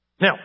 Now